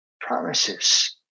promises